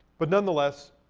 but, nonetheless,